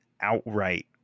outright